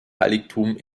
heiligtum